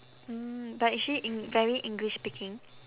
mm but is she eng~ very english speaking